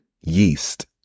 Yeast